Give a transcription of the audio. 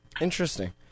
Interesting